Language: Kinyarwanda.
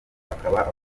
akaba